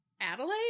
Adelaide